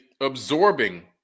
absorbing